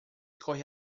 corre